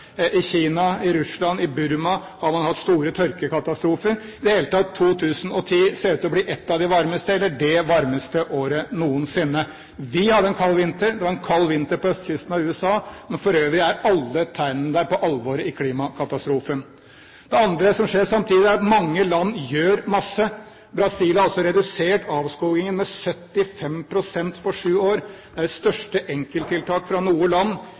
I Kina, i Russland, i Burma har man hatt store tørkekatastrofer. I det hele tatt, 2010 ser ut til å bli et av de varmeste årene, eller det varmeste, noensinne. Vi hadde en kald vinter, det var en kald vinter på østkysten av USA, men for øvrig er alle tegnene der på alvoret i klimakatastrofen. Det andre, som skjer samtidig, er at mange land gjør masse. Brasil har redusert avskogingen med 75 pst. på sju år. Det er det største enkelttiltak fra noe land.